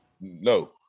No